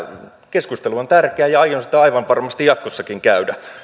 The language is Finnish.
keskustelu on tärkeää ja aion sitä aivan varmasti jatkossakin käydä